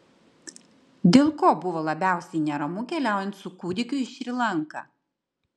dėl ko buvo labiausiai neramu keliaujant su kūdikiu į šri lanką